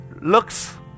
looks